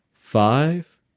five,